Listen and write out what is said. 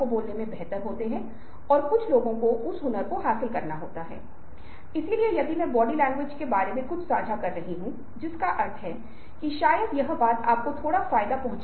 बहुत बार आप देखते हैं कि यदि आप रूढ़िबद्धता स्टीरियो टाइपिंग Stereotyping देख रहे हैं तो इसे रूढ़िबद्धता के रूप में जाना जाता है